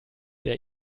der